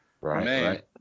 right